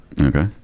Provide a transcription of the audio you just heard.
Okay